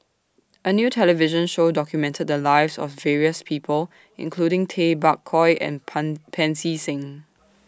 A New television Show documented The Lives of various People including Tay Bak Koi and Pan Pancy Seng